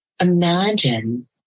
Imagine